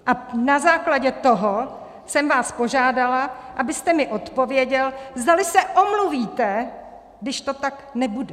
A na základě toho jsem vás požádala, abyste mi odpověděl, zdali se omluvíte, když to tak nebude.